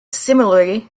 similarly